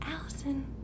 Allison